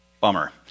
Bummer